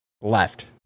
left